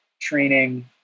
training